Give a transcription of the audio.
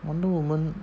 wonder woman